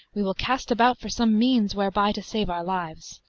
we will cast about for some means whereby to save our lives